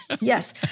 Yes